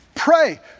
Pray